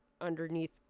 underneath